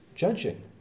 Judging